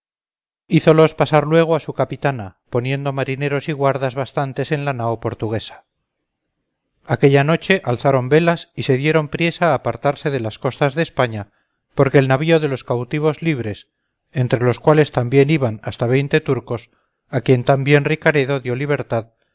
deseaban hízolos pasar luego a su capitana poniendo marineros y guardas bastantes en la nao portuguesa aquella noche alzaron velas y se dieron priesa a apartarse de las costas de españa porque el navío de los cautivos libres entre los cuales también iban hasta veinte turcos a quien también ricaredo dio libertad